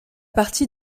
partie